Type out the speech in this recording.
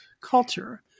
culture